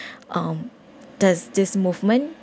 um there's this movement